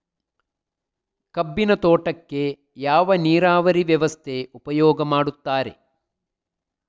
ಕಬ್ಬಿನ ತೋಟಕ್ಕೆ ಯಾವ ನೀರಾವರಿ ವ್ಯವಸ್ಥೆ ಉಪಯೋಗ ಮಾಡುತ್ತಾರೆ?